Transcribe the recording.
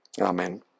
amen